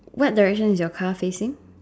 what direction is your car facing